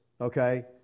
Okay